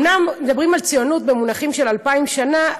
אומנם מדברים על ציונות במונחים של אלפיים שנה,